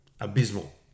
abysmal